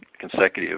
consecutive